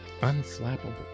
Unflappable